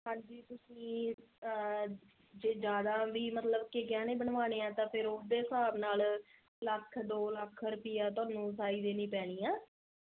ਹਾਂਜੀ ਤੁਸੀਂ ਜੇ ਜ਼ਿਆਦਾ ਵੀ ਮਤਲਬ ਕਿ ਗਹਿਣੇ ਬਨਵਾਣੇ ਆ ਤੇ ਓਹਦੇ ਹਿਸਾਬ ਨਾਲ਼ ਲੱਖ ਦੋ ਲੱਖ ਰੁਪਈਆ ਧੋਨੂੰ ਸਾਈ ਦੇਣੀ ਪੈਣੀ ਆ